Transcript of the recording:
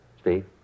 Steve